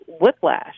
whiplash